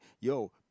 Yo